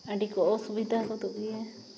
ᱟᱹᱰᱤ ᱠᱚ ᱚᱥᱵᱤᱛᱟ ᱜᱚᱫᱚᱜ ᱜᱮᱭᱟ